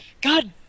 God